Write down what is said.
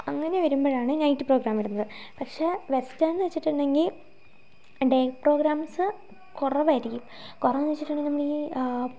അങ്ങനെവരുമ്പോഴാണ് night programme വരുന്നത് പക്ഷേ western എന്നുവെച്ചിട്ടുണ്ടെങ്കിൽ ഡേ പ്രോഗ്രാംസ് കുറവായിരിക്കും കുറവെന്ന് വെച്ചിട്ടുണ്ടെങ്കിൽ നമ്മൾ ഈ